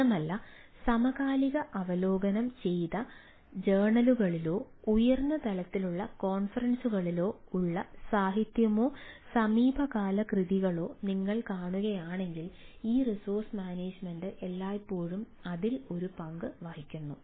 മാത്രമല്ല സമകാലിക അവലോകനം ചെയ്ത ജേണലുകളിലോ ഉയർന്ന തലത്തിലുള്ള കോൺഫറൻസുകളിലോ ഉള്ള സാഹിത്യമോ സമീപകാല കൃതികളോ നിങ്ങൾ കാണുകയാണെങ്കിൽ ഈ റിസോഴ്സ് മാനേജ്മെന്റ് എല്ലായ്പ്പോഴും അതിൽ ഒരു പ്രധാന പങ്ക് വഹിക്കുന്നു